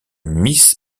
miss